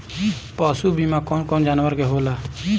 पशु बीमा कौन कौन जानवर के होला?